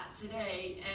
today